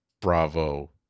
bravo